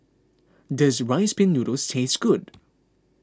does Rice Pin Noodles taste good